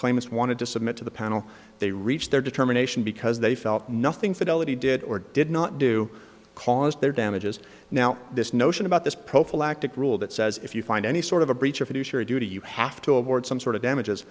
claimants wanted to submit to the panel they reached their determination because they felt nothing fidelity did or did not do cause their damages now this notion about this prophylactic rule that says if you find any sort of a breach of it you sure do you have to award some sort of damages